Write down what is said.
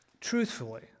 truthfully